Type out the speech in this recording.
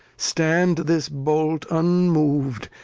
stand this bolt un mov'd.